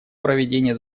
проведение